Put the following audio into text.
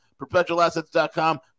Perpetualassets.com